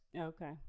Okay